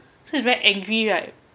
so it's very angry right